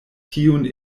tiun